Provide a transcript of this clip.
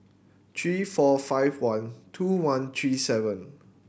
three four five one two one three seven